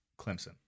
Clemson